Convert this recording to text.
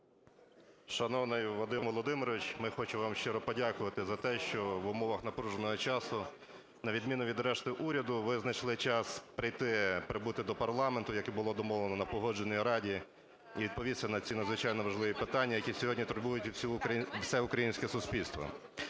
Шановний Вадим Володимирович, ми хочемо вам щиро подякувати за те, що в умовах напруженого часу, на відміну від решти уряду, ви знайшли час прийти, прибути до парламенту, як і було домовлено на Погоджувальній раді, і відповісти на ці надзвичайно важливі питання, які сьогодні турбують і все українське суспільство.